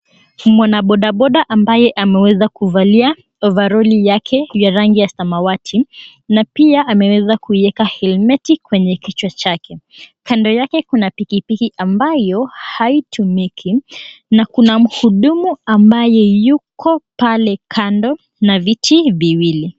Mwanabodaboda ambaye ameweza kuvalia ovaroli yake ya rangi ya samawati na pia ameweza kuiweka helmeti yake kwenye kichwa chake. Kando yake kuna pikipiki ambayo haitumiki na kuna mhudumu ambaye yuko pale kando na viti viwili.